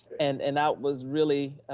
and and that was really